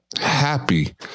happy